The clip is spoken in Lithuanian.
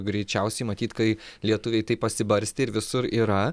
greičiausiai matyt kai lietuviai taip pasibarstė ir visur yra